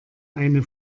eine